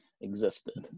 existed